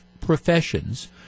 professions